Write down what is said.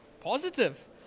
Positive